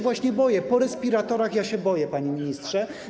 Właśnie się boję, po respiratorach się boję, panie ministrze.